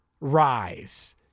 rise